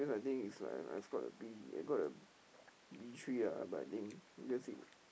I think is like I got a B I got a B three ah but I think because he